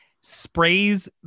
sprays